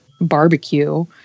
barbecue